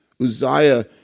Uzziah